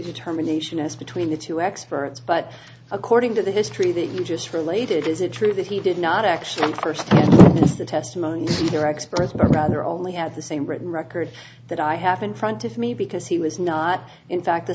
determination as between the two experts but according to the history that you just related is it true that he did not actually come first the testimony your experts but rather only had the same written record that i have in front of me because he was not in fact the